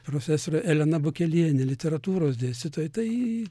profesorė elena bukelienė literatūros dėstytoja tai